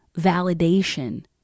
validation